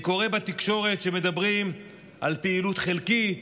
אני קורא בתקשורת שמדברים על פעילות חלקית,